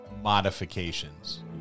modifications